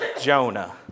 Jonah